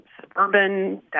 suburban